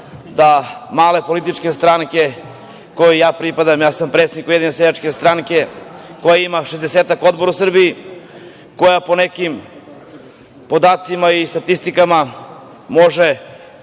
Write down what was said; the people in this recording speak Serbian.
da male političke stranke, kojoj i ja pripadam, ja sam predsednik Ujedinjene seljačke stranke koja ima 60-ak odbora u Srbiji, koja po nekim podacima i statistikama može